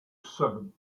seventh